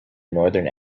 northern